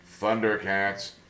Thundercats